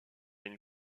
une